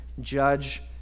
Judge